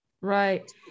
Right